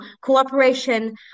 cooperation